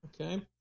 Okay